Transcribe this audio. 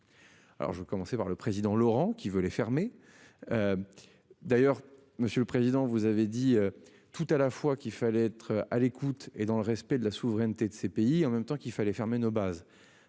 Alors je vais commencer par le président Laurent qui veut les fermer. D'ailleurs, monsieur le président vous avez dit tout à la fois qu'il fallait être à l'écoute et dans le respect de la souveraineté de ces pays en même temps qu'il fallait fermer nos bases.